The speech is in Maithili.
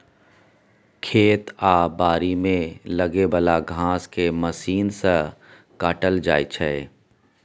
खेत आ बारी मे उगे बला घांस केँ मशीन सँ काटल जाइ छै